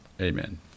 amen